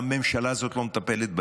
שהממשלה הזאת לא מטפלת בהם,